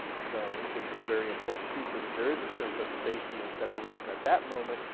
zones, which was very important too, so that there is a sense of safety and separation at that moment,